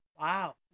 Wow